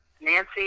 Nancy